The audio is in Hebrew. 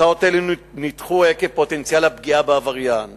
הצעות אלה נדחו, עקב פוטנציאל הפגיעה בעבריין.